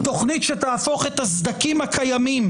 תכנית שתהפוך את הסדקים הקיימים,